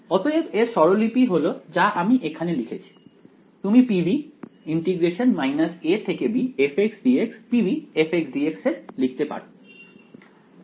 অতএব এর স্বরলিপি হলো যা আমি এখানে লিখেছি তুমি PV PV fxdx এর লিখতে পারো